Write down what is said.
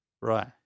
Right